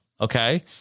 Okay